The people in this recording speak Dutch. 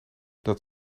dat